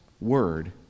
word